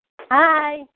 Hi